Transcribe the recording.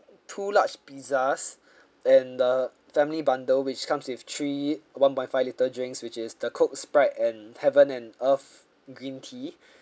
two large pizzas and the family bundle which comes with three one point five litre drinks which is the coke sprite and heaven and earth green tea